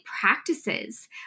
practices